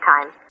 time